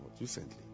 recently